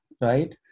right